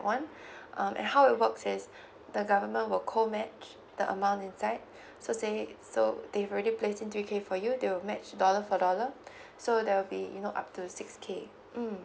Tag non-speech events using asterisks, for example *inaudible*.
one *breath* um and how it works is the government will co match the amount inside so say so they've already place in three K for you they will match dollar for dollar *breath* so there will be you know up to six K mm